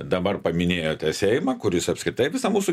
dabar paminėjote seimą kuris apskritai visą mūsų